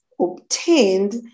obtained